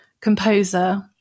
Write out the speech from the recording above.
composer